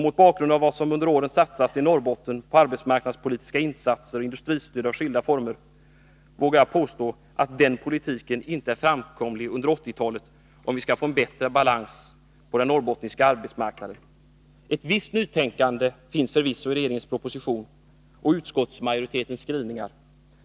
Mot bakgrund av vad som under åren satsats i Norrbotten i form av arbetsmarknadspolitiska åtgärder och industristöd av skilda slag vågar jag påstå att den politiken inte är framkomlig under 1980-talet, om vi skall få en bättre balans på den norrbottniska arbetsmarknaden. Ett visst nytänkande finns förvisso i regeringens proposition och i utskottsmajoritetens skrivningar.